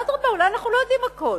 אדרבה, אולי אנחנו לא יודעים הכול.